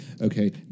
Okay